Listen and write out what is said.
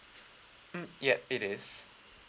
mm yup it is